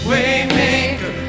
Waymaker